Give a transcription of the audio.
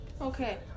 okay